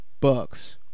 Bucks